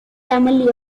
family